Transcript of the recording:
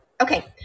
Okay